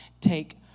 take